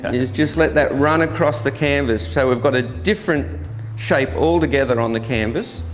is just let that run across the canvas so we've got a different shape altogether on the canvas.